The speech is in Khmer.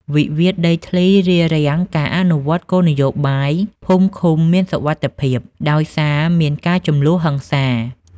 វិវាទដីធ្លីរារាំងការអនុវត្តគោលនយោបាយភូមិឃុំមានសុវត្ថិភាព ដោយសារមានការជម្លោះហិង្សា។